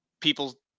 people